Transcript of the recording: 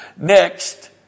Next